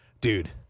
Dude